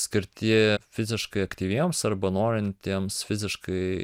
skirti fiziškai aktyviems arba norintiems fiziškai